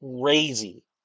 crazy